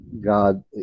God